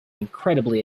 incredibly